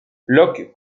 locke